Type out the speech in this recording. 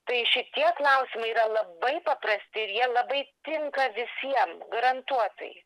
tai šitie klausimai yra labai paprasti ir jie labai tinka visiem garantuotai